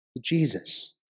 Jesus